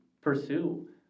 pursue